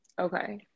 Okay